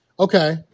Okay